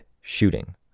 shooting